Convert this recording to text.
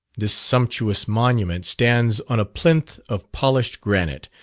this sumptuous monument stands on a plinth of polished granite,